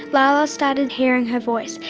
lala started hearing her voice,